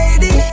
lady